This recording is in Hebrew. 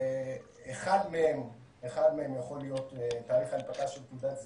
אחד מהם יכול להיות תאריך הנפקה של תעודת זהות,